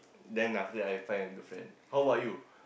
then after that I will find a girlfriend how about you